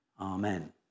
amen